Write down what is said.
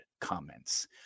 comments